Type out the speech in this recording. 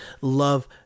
love